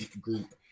group